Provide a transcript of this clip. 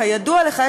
כידוע לך,